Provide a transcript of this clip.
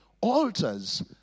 Altars